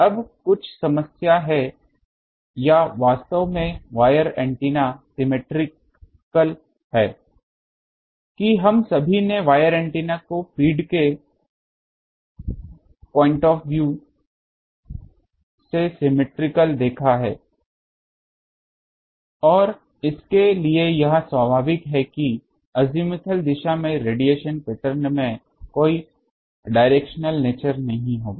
अब कुछ समस्या है या वास्तव में वायर एंटीना सीमेट्रिकल हैं कि हम सभी ने वायर एंटीना को फ़ीड के पॉइंट ऑफ़ व्यू से सीमेट्रिकल देखा है और इसके लिए यह स्वाभाविक है कि अज़ीमुथल दिशा में रेडिएशन पैटर्न में कोई डायरेक्शनल नेचर नहीं होगा